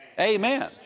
Amen